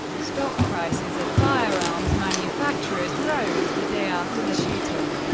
stock prices of firearms manufacturers rose the day after the shooting,